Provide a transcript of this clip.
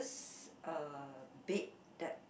s~ uh bed that